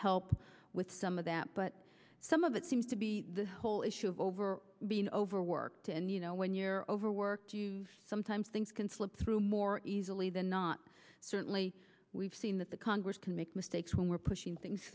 help with some of that but some of it seems to be the whole issue of over being overworked and you know when you're overworked sometimes things can slip through more easily than not certainly we've seen that the congress can make mistakes when we're pushing things